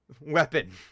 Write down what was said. weapon